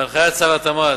בהנחיית שר התמ"ת,